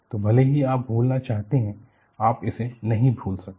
तो भले ही आप भूलना चाहते हैं आप इसे नहीं भूल सकते